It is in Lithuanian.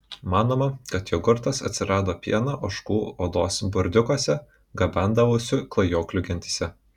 manoma kad jogurtas atsirado pieną ožkų odos burdiukuose gabendavusių klajoklių gentyse